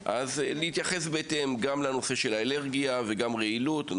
נתייחס בהתאם גם לנושא של האלרגיה וגם לנושא של רעילות.